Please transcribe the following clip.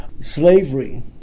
slavery